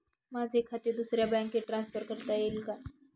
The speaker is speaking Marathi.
माझे खाते दुसऱ्या बँकेत ट्रान्सफर करता येईल का?